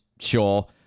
sure